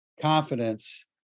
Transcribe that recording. confidence